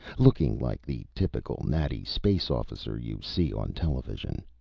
looking like the typical natty space officer you see on television.